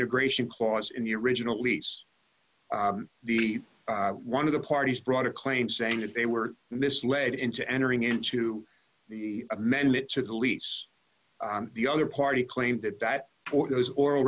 integration clause in the original lease the one of the parties brought a claim saying that they were misled into entering into the amendment to the lease the other party claimed that that those oral